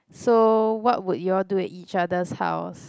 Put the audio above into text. so what would you all do at each other's house